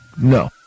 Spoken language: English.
No